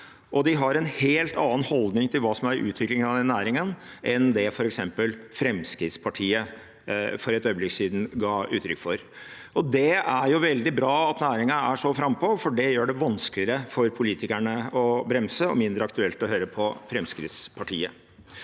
de har en helt annen holdning til hva som er utviklingen i den næringen, enn det f.eks. Fremskrittspartiet for et øyeblikk siden ga uttrykk for. Det er veldig bra at næringen er så frampå, for det gjør det vanskeligere for politikerne å bremse og mindre aktuelt å høre på Fremskrittspartiet.